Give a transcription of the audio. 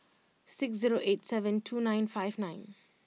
six zero eight seven two nine five nine